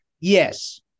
Yes